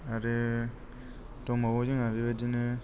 आरो दंबावो जोंहा बेबादिनो